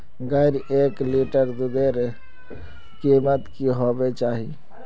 गायेर एक लीटर दूधेर कीमत की होबे चही?